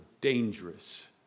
dangerous